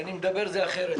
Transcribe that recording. כשאני מדבר זה אחרת.